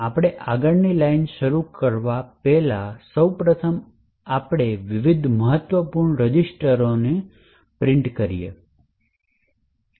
આપણે આગળની લાઇન શરૂ કરવા પહેલાં સૌ પ્રથમ આપણે કે વિવિધ મહત્વપૂર્ણ રજિસ્ટરનું સમાવિષ્ટો પ્રિંટ કરીએ છે